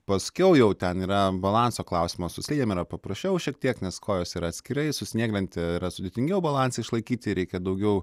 paskiau jau ten yra balanso klausimas su slidėm yra paprasčiau šiek tiek nes kojos yra atskirai su snieglente yra sudėtingiau balansą išlaikyti reikia daugiau